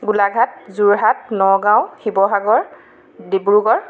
Golaghat Jorhat Nagaon Sivasagar Dibrugarh